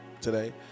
today